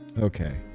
Okay